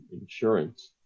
insurance